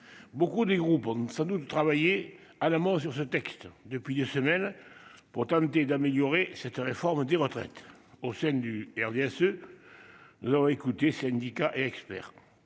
Beaucoup des groupes on ça nous de travailler à l'amour sur ce texte. Depuis des semaines pour tenter d'améliorer cette réforme des retraites au sein du RDSE. Non écoutez, syndicats et experts.